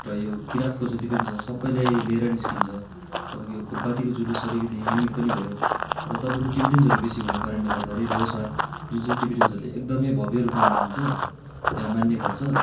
र यो किँरातको जति पनि छ सप्पैले लिएर निस्कन्छ तपाईँको यो फुलपातिको जुलुस अलिकति युनिक पनि भयो र तपाईँको टिबिटियन्सहरू बेसि हुनुको कारणले गर्दाखेरि लोसार जुन चाहिँ टिबिटियन्सहरूले एकदमै भब्य रूपमा मानिन्छ या मान्ने गर्छ